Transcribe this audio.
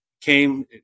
came